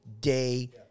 day